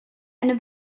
eine